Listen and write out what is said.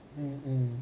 um um